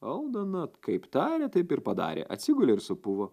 aldona kaip tarė taip ir padarė atsigulė ir supuvo